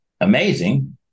amazing